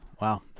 Wow